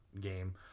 game